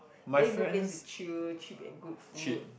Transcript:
very good place to chill cheap and good food